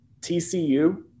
TCU